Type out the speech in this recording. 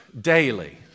daily